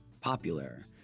popular